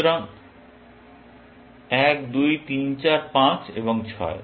সুতরাং 12345 এবং 6